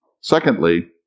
Secondly